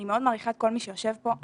אני מאוד מעריכה את כל מי שיושב פה.